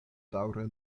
daŭre